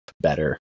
better